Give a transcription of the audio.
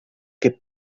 que